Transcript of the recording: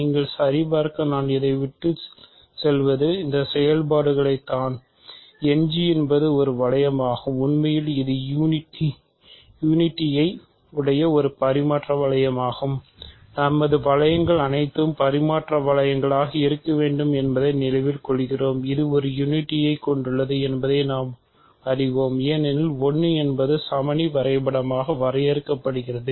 நீங்கள் சரிபார்க்க நான் விட்டுச் செல்வது இந்த செயல்பாடுகளுடன் தான் End ஐ கொண்டுள்ளது என்பதை நாம் அறிவோம் ஏனெனில் 1 என்பது சமணி வரைபடமாக வரையறுக்கப்படுகிறது